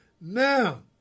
Now